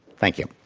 thank you.